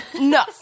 No